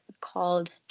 called